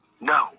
no